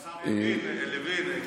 לוין,